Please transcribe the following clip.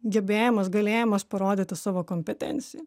gebėjimas galėjimas parodyti savo kompetenciją